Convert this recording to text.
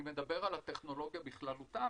אני מדבר על טכנולוגיה בכללותה.